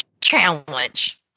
challenge